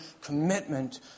commitment